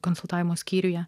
konsultavimo skyriuje